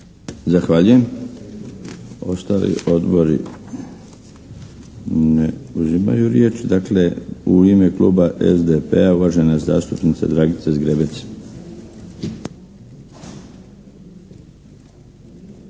Zahvaljujem. Ostali odbori ne uzimaju riječ. Dakle, u ime kluba SDP-a uvažena zastupnica Dragica Zgrebec.